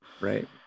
Right